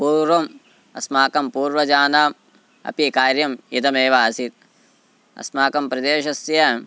पूर्वम् अस्माकं पूर्वजानाम् अपि कार्यम् इदमेव आसीत् अस्माकं प्रदेशस्य